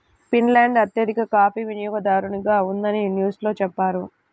Finland అత్యధిక coffee వినియోగదారుగా ఉందని న్యూస్ లో చెప్పారు